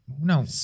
No